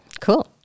Cool